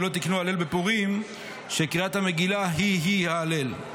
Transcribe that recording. ולא תקנו הלל בפורים שקריאת המגילה" היא-היא ההלל.